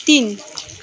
तिन